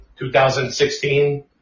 2016